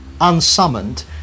unsummoned